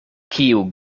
kiu